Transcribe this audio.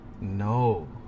No